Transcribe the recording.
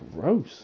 gross